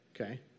Okay